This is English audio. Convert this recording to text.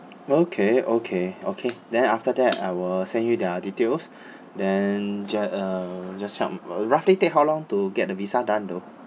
okay okay okay then after that I will send you their details then jus~ uh just help roughly take how long to get the visa done though